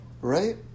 right